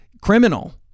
criminal